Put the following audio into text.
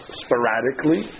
sporadically